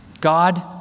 God